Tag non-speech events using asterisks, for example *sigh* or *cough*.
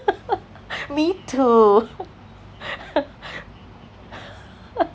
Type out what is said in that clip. *laughs* me too *laughs*